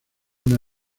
una